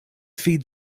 feed